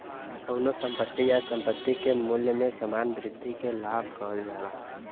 कउनो संपत्ति या संपत्ति के मूल्य में सामान्य वृद्धि के लाभ कहल जाला